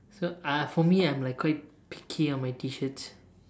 so uh for me I'm like quite picky on my T-shirts